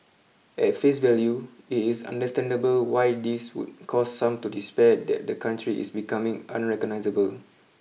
at face value it is understandable why this would cause some to despair that the country is becoming unrecognisable